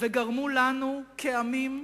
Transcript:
וגרמו לנו, כעמים,